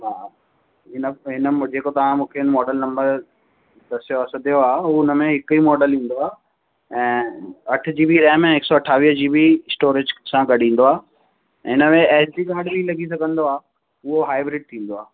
हा हिन हिन में जेको तव्हां मूंखे मॉडल नंबर दसियो सदियो आहे हिन में हिकु ई मॉडल ईंदो आहे ऐं अठ जीबी रैम ऐं हिकु सौ अठावीअ जीबी स्टोरेज सां गॾु ईंदो आहे इन में एसडी काड बि लॻी सघंदो आहे उहो हाएब्रिड थींदो आहे